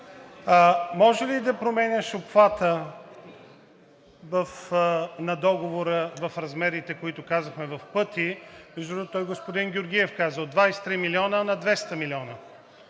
Можеш ли да променяш обхвата на договора в размерите, които казахме – в пъти? Между другото, господин Георгиев каза: вдигане от 23 милиона на 200 милиона